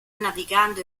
navigando